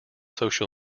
social